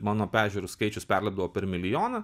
mano peržiūrų skaičius perlipdavo per milijoną